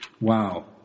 Wow